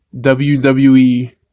WWE